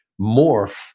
morph